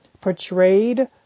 portrayed